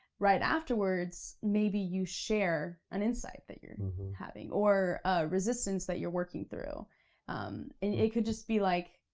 right afterwards, maybe you share an insight that you're having, or a resistance that you're working through. and it could just be like,